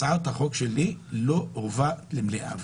הצעת החוק שלי לא הובאה למליאה,